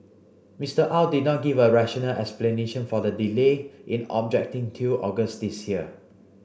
Mister Au did not give a rational explanation for the delay in objecting till August this year